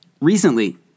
Recently